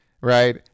right